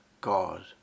God